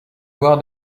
voir